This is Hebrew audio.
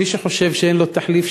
מי שחושב שאין לו תחליף,